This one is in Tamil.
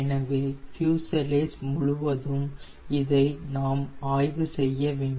எனவே பியூஸ்லெஜ் முழுவதும் இதை நாம் ஆய்வு செய்ய வேண்டும்